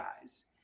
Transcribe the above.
guys